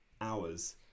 hours